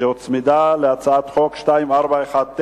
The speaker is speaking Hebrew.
שהוצמדה להצעת חוק פ/2419,